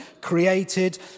created